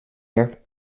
year